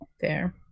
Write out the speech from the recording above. fair